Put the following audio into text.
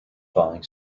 falling